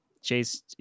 chase